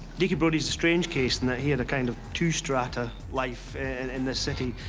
deacon brodie is a strange case and that he had a kind of two strata life in this city.